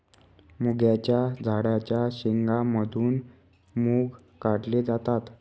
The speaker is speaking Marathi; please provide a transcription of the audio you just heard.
मुगाच्या झाडाच्या शेंगा मधून मुग काढले जातात